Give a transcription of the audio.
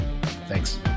Thanks